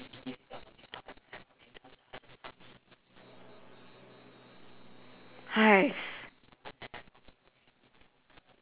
!hais!